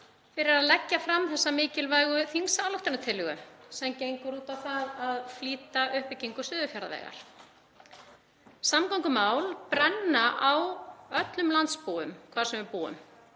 fyrir að leggja fram þessa mikilvægu þingsályktunartillögu sem gengur út á að flýta uppbyggingu Suðurfjarðavegar. Samgöngumál brenna á öllum landsmönnum hvar sem við búum